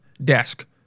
desk